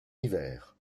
hiver